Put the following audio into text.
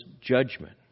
judgment